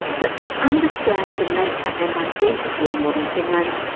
but to understand the nature and identity of modern finland,